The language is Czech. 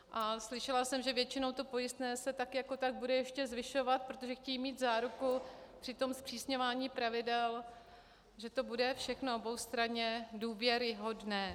A slyšela jsem, že většinou to pojistné se tak jako tak bude ještě zvyšovat, protože chtějí mít záruku při tom zpřísňování pravidel, že to bude všechno oboustranně důvěryhodné.